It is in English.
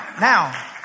Now